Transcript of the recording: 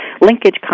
linkage